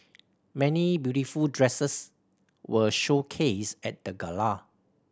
many beautiful dresses were showcased at the gala